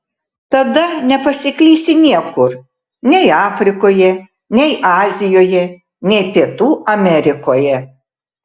tada nepasiklysi niekur nei afrikoje nei azijoje nei pietų amerikoje